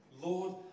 Lord